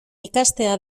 ikastea